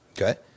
Okay